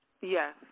Yes